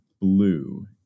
blue